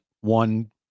One